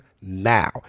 now